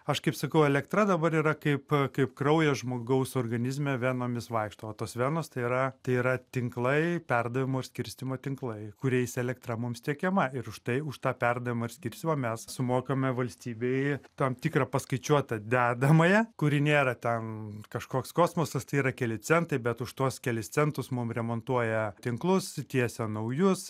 aš kaip sakau elektra dabar yra kaip kaip kraujas žmogaus organizme venomis vaikšto o tos venos tai yra tai yra tinklai perdavimo ir skirstymo tinklai kuriais elektra mums tiekiama ir už tai už tą perdavimą ir skirstymą mes sumokame valstybei tam tikrą paskaičiuotą dedamąją kuri nėra ten kažkoks kosmosas tai yra keli centai bet už tuos kelis centus mum remontuoja tinklus tiesia naujus